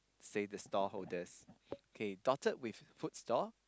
say the stall holders okay dotted with food stall